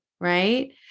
right